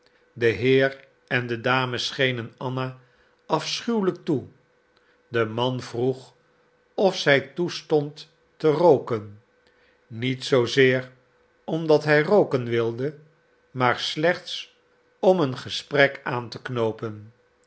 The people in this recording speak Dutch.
de heer en de dame schenen anna afschuwelijk toe de man vroeg of zij toestond te rooken niet zoozeer omdat hij rooken wilde maar slechts om een gesprek aan te knoopen